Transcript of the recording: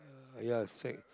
ya s~